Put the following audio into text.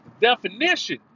definition